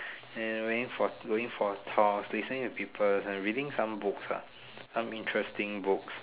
and going for going for course listening to people and reading some books ah some interesting books